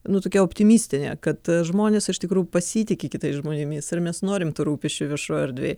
nu tokia optimistinė kad žmonės iš tikrųjų pasitiki kitais žmonėmis ir mes norim tų rūpesčių viešoj erdvėj